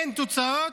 אין תוצאות,